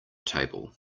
table